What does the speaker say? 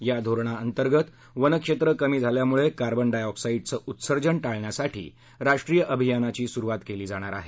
या धोरणाअंतर्गत वन क्षेत्र कमी झाल्यामुळे कार्बन डायऑक्साईडचं उत्सर्जन टाळण्यासाठी राष्ट्रीय अभियानाची सुरुवात केली जाणार आहे